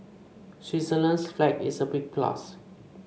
Switzerland's flag is a big plus